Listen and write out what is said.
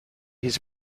his